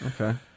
Okay